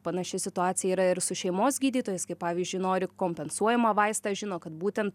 panaši situacija yra ir su šeimos gydytojais kaip pavyzdžiui nori kompensuojamą vaistą žino kad būtent